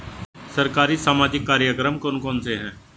सरकारी सामाजिक कार्यक्रम कौन कौन से हैं?